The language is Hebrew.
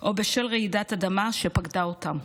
או בשל רעידת האדמה שפקדה אותם.